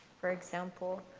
for example.